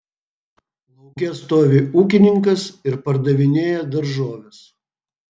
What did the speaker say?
lauke stovi ūkininkas ir pardavinėja daržoves